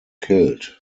killed